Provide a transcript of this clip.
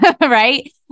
right